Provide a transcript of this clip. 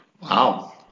Wow